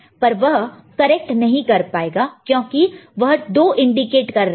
पर वह करेक्ट नहीं कर पाएगा क्योंकि वह 2 इंडिकेट कर रहा है